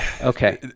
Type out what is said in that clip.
okay